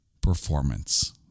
performance